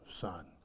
son